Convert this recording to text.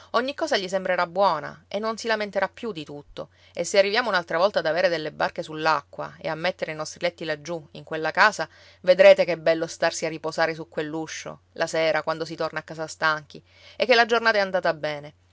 ogni cosa gli sembrerà buona e non si lamenterà più di tutto e se arriviamo un'altra volta ad aver delle barche sull'acqua e a mettere i nostri letti laggiù in quella casa vedrete che bello starsi a riposare su quell'uscio la sera quando si torna a casa stanchi e che la giornata è andata bene